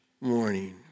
morning